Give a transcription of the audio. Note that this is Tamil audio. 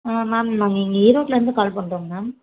ஆ மேம் நாங்கள் இங்கே ஈரோட்லேர்ந்து கால் பண்ணுறோங்க மேம்